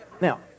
Now